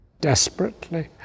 desperately